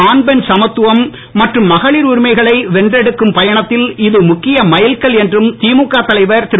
ஆண் பெண் சமத்துவம் மற்றும் மகளிர் உரிமைகளை வென்றெடுக்கும் பயணத்தில் இது முக்கிய மைல்கல் என்றும் திமுக தலைவர் திரு